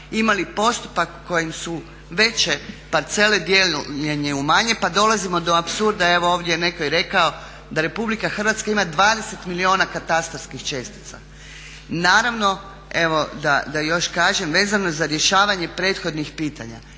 imali postupak kojim su veće parcele dijeljene u manje pa dolazimo do apsurda. Evo ovdje je netko i rekao da RH ima 20 milijuna katastarskih čestica. Naravno, evo da još kažem, vezano za rješavanje prethodnih pitanja